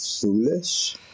foolish